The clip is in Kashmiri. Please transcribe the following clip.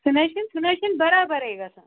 سُہ نہ حظ چھِنہٕ سُہ نہ حظ چھِنہٕ برابرٕے گژھان